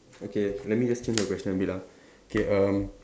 okay let me just change the question a bit ah okay um